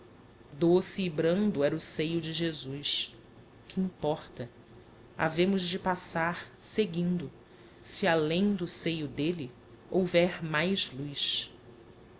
doce e brando era o seio de jesus que importa havemos de passar seguindo se além do seio d'elle houver mais luz